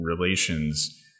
relations